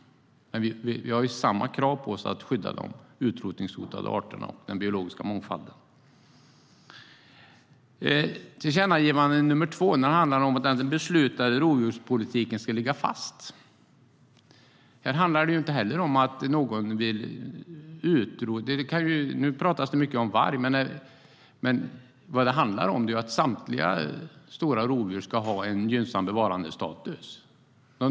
Men vi har samma krav på oss att skydda utrotningshotade arter och den biologiska mångfalden. Det andra tillkännagivandet handlar om att den beslutade rovdjurspolitiken ska ligga fast. Det handlar ju inte om att någon vill utrota någon art. Nu pratas det mycket om varg, men det handlar om att samtliga stora rovdjur ska ha en gynnsam bevarandestatus.